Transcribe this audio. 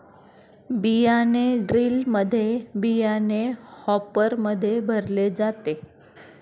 बियाणे ड्रिलमध्ये बियाणे हॉपरमध्ये भरले जाते